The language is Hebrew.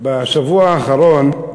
בשבוע האחרון,